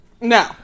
No